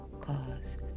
cause